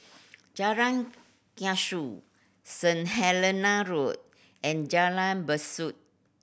Jalan Kasau Saint Helena Road and Jalan Besut